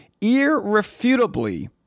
irrefutably